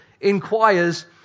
inquires